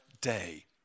day